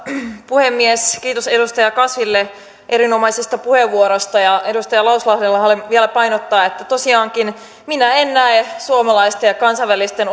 puhemies kiitos edustaja kasville erinomaisesta puheenvuorosta edustaja lauslahdelle haluan vielä painottaa että tosiaankaan minä en näe suomalaisten ja kansainvälisten